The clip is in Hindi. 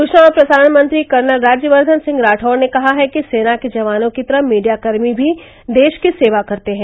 सूचना और प्रसारण मंत्री कर्नल राज्यवर्द्वन सिंह राठौड़ ने कहा है कि सेना के जवानों की तरह मीडियाकर्मी भी देश की सेवा करते है